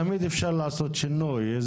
תמיד אפשר לעשות שינוי.